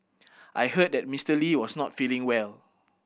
I heard that Mister Lee was not feeling well